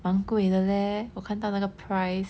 蛮贵的 leh 我看到那个 price